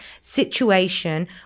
situation